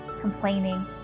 complaining